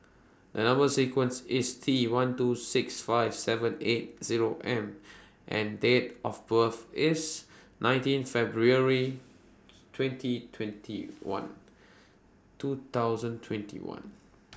The Number sequence IS T one two six five seven eight Zero M and Date of birth IS nineteen February twenty twenty one two thousand twenty one